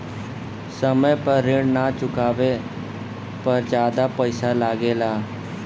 समय पर ऋण ना चुकाने पर ज्यादा पईसा लगेला?